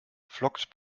flockt